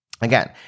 Again